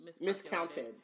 miscounted